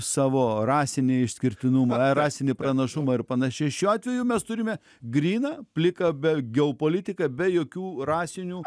savo rasinį išskirtinumą rasinį pranašumą ir panašiai šiuo atveju mes turime gryną pliką be geopolitiką be jokių rasinių